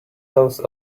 those